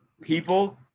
people